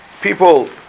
people